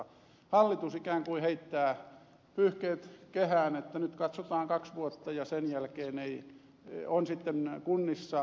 hallitus ikään kuin heittää pyyhkeet kehään että nyt katsotaan kaksi vuotta ja sen jälkeen on sitten kunnissa harmaa tulevaisuus